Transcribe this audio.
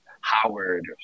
Howard